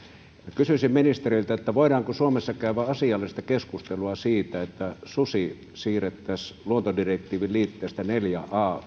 kysyisin ministeriltä voidaanko suomessa käydä asiallista keskustelua siitä että susi siirrettäisiin luontodirektiivin liitteestä neljään